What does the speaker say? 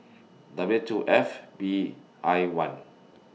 W two F B I one